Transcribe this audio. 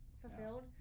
fulfilled